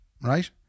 right